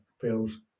feels